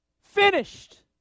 finished